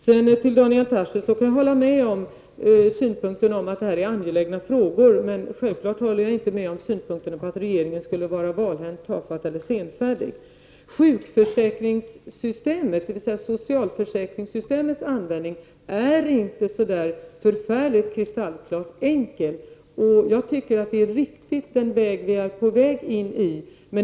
Jag kan hålla med Daniel Tarschys om synpunkten att detta är angelägna frågor. Men självfallet håller jag inte med om synpunkten att regeringen skulle vara valhänt, tafatt eller senfärdig. Sjukförsäkringssystemets, dvs. socialförsäkringssystemets, användning är inte så kristallklart enkel. Jag tycker att den linje vi är på väg in på är riktig.